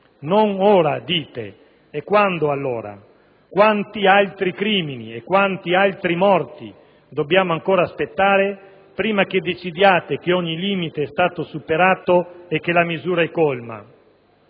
Non ora, dite; e quando allora? Quanti altri crimini e quanti altri morti dobbiamo ancora aspettare prima che decidiate che ogni limite è stato superato e che la misura è colma?